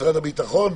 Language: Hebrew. משרד הביטחון,